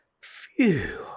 Phew